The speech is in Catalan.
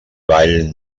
ball